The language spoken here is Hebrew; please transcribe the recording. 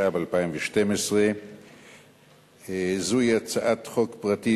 התשע"ב 2012. זוהי הצעת חוק פרטית